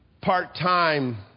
part-time